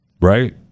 right